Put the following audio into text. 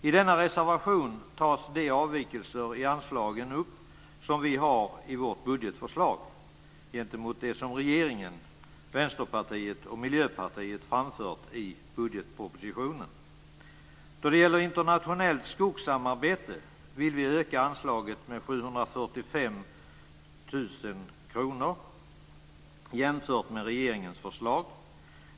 I denna reservation tas de avvikelser i anslagen upp som vi har i vårt budgetförslag gentemot det som regeringen, Vänsterpartiet och Miljöpartiet framfört i budgetpropositionen. Då det gäller internationellt skogssamarbete vill vi öka anslaget med 745 000 kr jämfört med regeringens förslag.